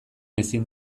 ezin